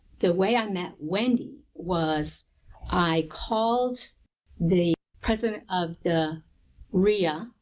the way i met wendy was i called the president of the reia,